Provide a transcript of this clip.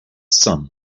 some